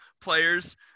players